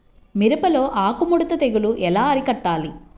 మిరపలో ఆకు ముడత తెగులు ఎలా అరికట్టాలి?